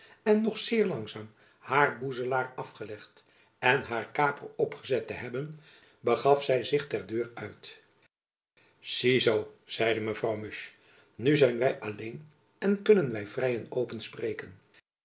en nog zeer langzaam haar boezelaar afgelegd en haar kaper opgezet te hebben begaf zy zich ter deur uit zie zoo zeide mevrouw musch nu zijn wy alleen en kunnen vrij en